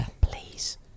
please